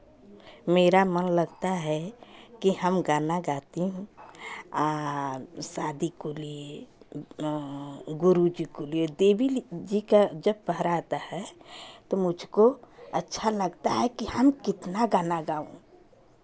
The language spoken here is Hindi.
मेरा मन लगता है कि हम गाना गाती हूँ आ शादी को लिए गुरु जी को लिए देवी जी का जब पहरा आता है तो मुझको अच्छा लगता है कि हम कितना गाना गाऊँ